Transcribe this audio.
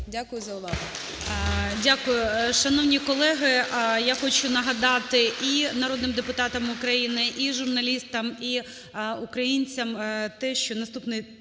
Дякую за увагу.